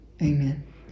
Amen